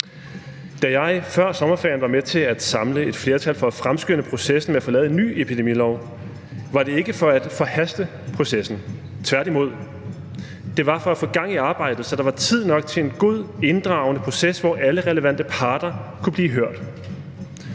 Da jeg før sommerferien var med til at samle et flertal for at fremskynde processen med at få lavet en ny epidemilov, var det ikke for at forhaste processen, tværtimod. Det var for at få gang i arbejdet, så der var tid nok til en god inddragende proces, hvor alle relevante parter kunne blive hørt.